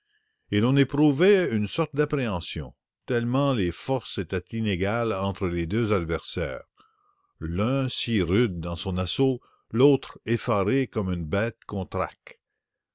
et l'on éprouvait une sorte d'appréhension tellement les forces étaient inégales entre les deux adversaires l'un si rude dans son assaut l'autre effaré comme une bête